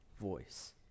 voice